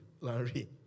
Larry